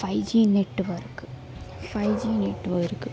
five G network five G network